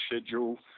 schedule